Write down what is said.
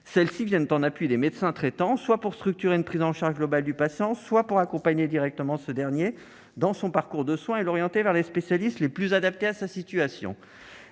cellules « viennent en appui des médecins traitants, soit pour structurer une prise en charge globale du patient, soit pour accompagner directement ce dernier dans son parcours de soins et l'orienter vers les spécialistes les plus adaptés à sa situation.